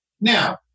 Now